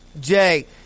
Jay